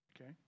Okay